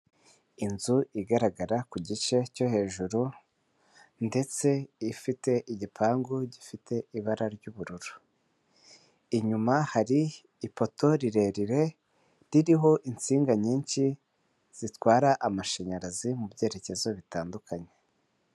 Inzu igaragara ku gice cyo hejuru, ndetse ifite igipangu gifite ibara ry'ubururu, inyuma hari ipoto rirerire, ririho insinga nyinshi, zitwara amashanyarazi mu byerekezo bitandukanye.